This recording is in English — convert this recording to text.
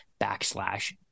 backslash